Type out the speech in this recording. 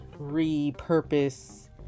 repurpose